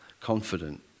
confident